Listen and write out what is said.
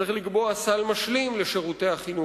צריך לקבוע סל משלים לשירותי החינוך,